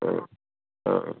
ହଁ ହଁ